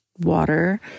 water